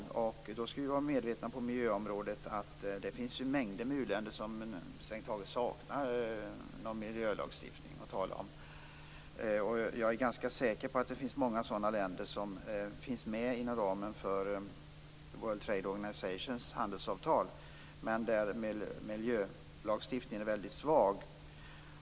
När det gäller miljöområdet skall vi vara medvetna om att det finns mängder av u-länder som inte har någon miljölagstiftning att tala om. Jag är ganska säker på att många länder som har en väldigt svag miljölagstiftning finns med i World Trade Organizations handelsavtal.